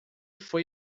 foi